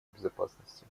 безопасности